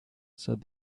said